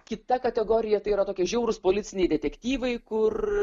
kita kategorija tai yra tokie žiaurūs policiniai detektyvai kur